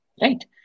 Right